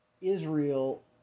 Israel